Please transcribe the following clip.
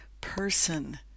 person